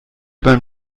beim